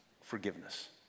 forgiveness